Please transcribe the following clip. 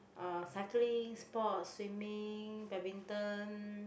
uh cycling sports swimming badminton